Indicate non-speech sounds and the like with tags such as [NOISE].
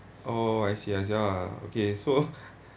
oh I see I see ah okay so [LAUGHS]